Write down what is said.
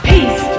Peace